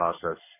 process